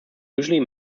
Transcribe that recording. usually